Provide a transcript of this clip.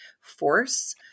force